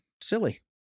silly